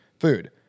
food